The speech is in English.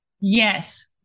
Yes